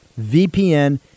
VPN